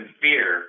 fear